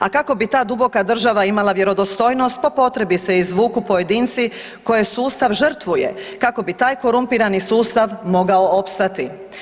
A kako bi ta duboka država imala vjerodostojnost po potrebi se izvuku pojedinci koje sustav žrtvuje kako bi taj korumpirani sustav mogao opstati.